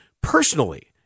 personally